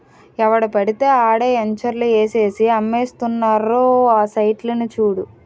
ఎవడు పెడితే ఆడే ఎంచర్లు ఏసేసి అమ్మేస్తున్నారురా సైట్లని చూడు